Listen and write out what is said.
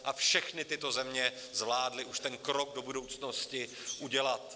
A všechny tyto země zvládly už ten krok do budoucnosti udělat.